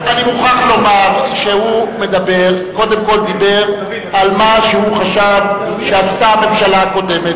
אני מוכרח לומר שהוא קודם כול דיבר על מה שהוא חשב שעשתה הממשלה הקודמת,